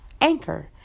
Anchor